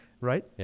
right